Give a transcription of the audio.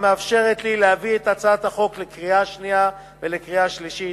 המאפשרת לי להביא את הצעת החוק לקריאה שנייה ולקריאה שלישית.